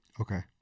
Okay